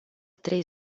trei